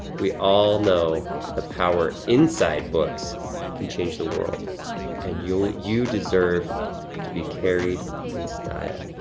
we all know the power inside books can change the world and you you deserve to be carried in style.